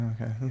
okay